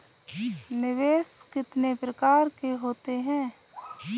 निवेश कितने प्रकार के होते हैं?